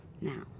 Now